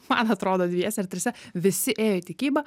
man atrodo dviese ar trise visi ėjo į tikybą